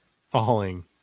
falling